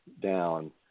Down